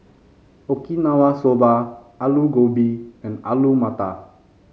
Okinawa Soba Alu Gobi and Alu Matar